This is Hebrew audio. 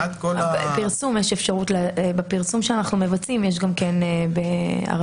בפרסום שאנחנו מבצעים יש גם כן בערבית.